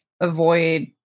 avoid